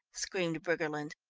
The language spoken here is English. screamed briggerland.